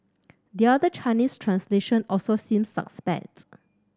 the other Chinese translation also seems suspect